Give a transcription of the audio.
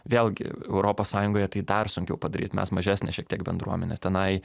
vėlgi europos sąjungoje tai dar sunkiau padaryt mes mažesnė šiek tiek bendruomenė tenai